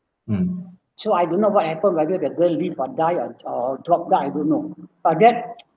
so I don't know what happen whether the girl will live or die or or drop down I don't know but that